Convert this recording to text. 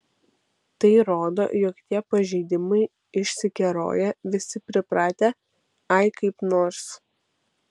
tai rodo jog tie pažeidimai išsikeroję visi pripratę ai kaip nors